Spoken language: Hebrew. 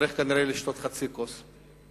כנראה יצטרך לשתות חצי כוס.